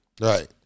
Right